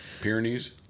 Pyrenees